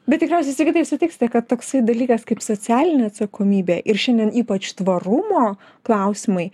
bet tikriausiai sigitai sutiksite kad toksai dalykas kaip socialinė atsakomybė ir šiandien ypač tvarumo klausimai